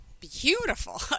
Beautiful